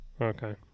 okay